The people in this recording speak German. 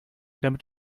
damit